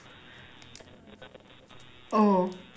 oh